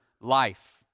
life